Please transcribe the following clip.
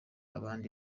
abandi